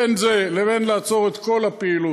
בין זה לבין לעצור את כל הפעילות,